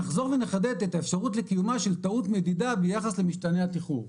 נחזור ונחדד את האפשרות לקיומה של טעות מדידה ביחס למשתנה התיחור.